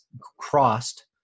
crossed